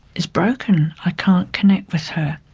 is broken. i can't connect with her.